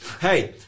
hey